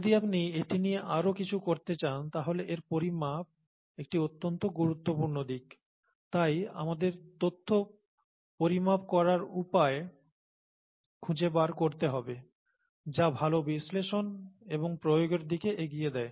যদি আপনি এটি নিয়ে আরো কিছু করতে চান তাহলে এর পরিমাপ একটি অত্যন্ত গুরুত্বপূর্ণ দিক তাই আমাদের তথ্য পরিমাপ করার উপায় খুঁজে বার করতে হবে যা ভাল বিশ্লেষণ এবং প্রয়োগের দিকে এগিয়ে দেয়